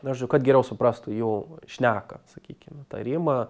na žiu kad geriau suprastų jų šneką sakykim tarimą